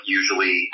usually